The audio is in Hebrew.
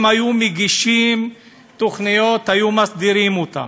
אם היו מגישים תוכניות, היו מסדירים אותן.